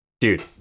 dude